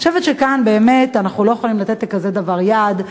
אני חושבת שאנחנו לא יכולים לתת יד לדבר כזה,